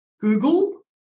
google